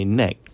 neck